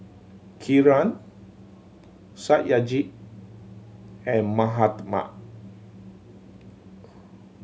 Kiran Satyajit and Mahatma